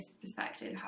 perspective